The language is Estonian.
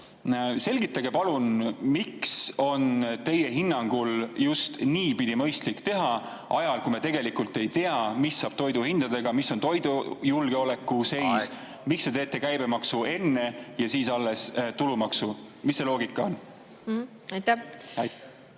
Selgitage, palun, miks on teie hinnangul just niipidi mõistlik teha, kui me tegelikult ei tea, mis saab toiduhindadega ja mis on toidujulgeoleku seis. Aeg! Miks te tegelete käibemaksuga enne ja siis alles tulumaksuga? Mis see loogika on? Miks